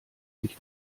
sich